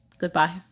goodbye